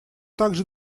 также